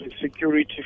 security